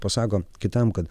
pasako kitam kad